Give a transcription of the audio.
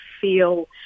feel